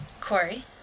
Corey